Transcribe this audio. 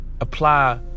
apply